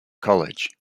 college